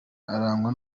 arangwa